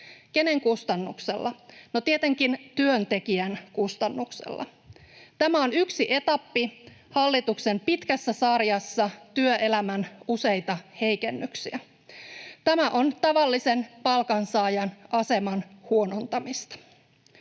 Kenen kustannuksella? No, tietenkin työntekijän kustannuksella. Tämä on yksi etappi hallituksen pitkässä sarjassa työelämän useita heikennyksiä. Tämä on tavallisen palkansaajan aseman huonontamista.